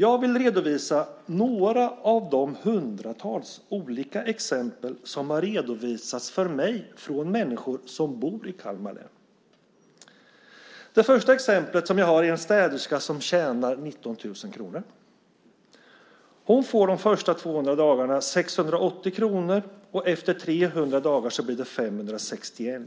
Jag vill redovisa några av de hundratals olika exempel som har redovisats för mig från människor som bor i Kalmar län. Det första exemplet som jag har är en städerska som tjänar 19 000 kr. Hon får de första 200 dagarna 680 kr. Efter 300 dagar blir det 561 kr.